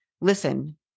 listen